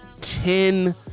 ten